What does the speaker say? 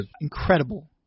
Incredible